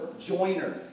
joiner